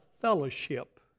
fellowship